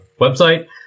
website